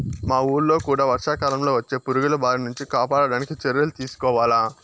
మా వూళ్ళో కూడా వర్షాకాలంలో వచ్చే పురుగుల బారి నుంచి కాపాడడానికి చర్యలు తీసుకోవాల